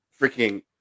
freaking